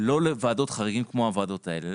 לא לוועדות חריגים כמו הוועדות האלה.